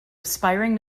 aspiring